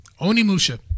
Onimusha